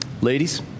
Ladies